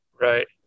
right